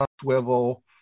swivel